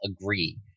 agree